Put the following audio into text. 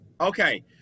okay